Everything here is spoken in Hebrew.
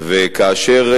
וכאשר,